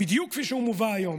בדיוק כפי שהוא מובא היום: